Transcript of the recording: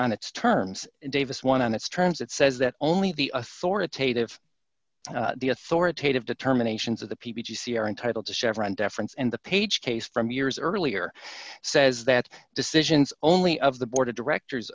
on its terms davis won on its terms it says that only the authoritative the authoritative determinations of the p t c are entitled to chevron deference and the page case from years earlier says that decisions only of the board of directors